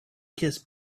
kiss